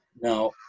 Now